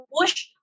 push